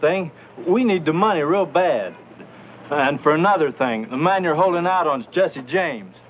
thing we need the money real bad and for another thing the man you're holding out on is jesse james